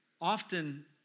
Often